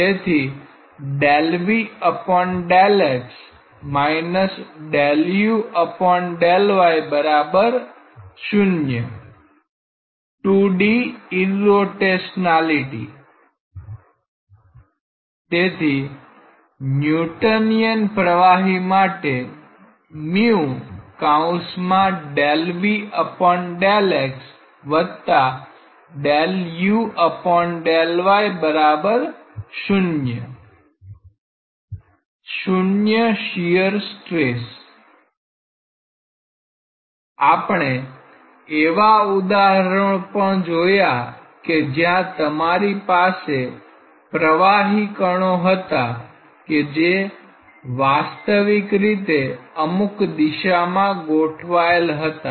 તેથી તેથી ન્યૂટનીયન પ્રવાહી માટે આપણે એવા ઉદાહરણો પણ જોયા છે કે જ્યાં તમારી પાસે પ્રવાહી કણો હતા કે જે વાસ્તવીક રીતે અમુક દિશામાં ગોઠવાયેલ હતા